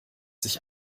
sich